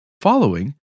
Following